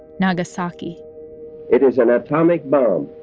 nagasaki it is an atomic bomb.